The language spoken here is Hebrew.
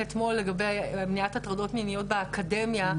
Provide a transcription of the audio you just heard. אתמול לגבי מניעת הטרדות מיניות באקדמיה,